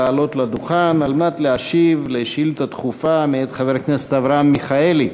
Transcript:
לעלות לדוכן על מנת להשיב על שאילתה דחופה מאת חבר הכנסת אברהם מיכאלי.